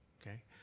okay